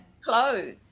clothes